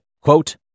Quote